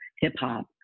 hip-hop